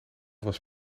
was